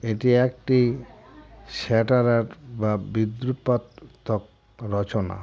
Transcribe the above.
এটি একটি স্যাটায়ার বা বিদ্যুৎপাতক রচনা